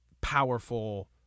powerful